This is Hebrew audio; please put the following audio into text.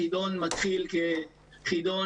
החידון מתחיל כחידון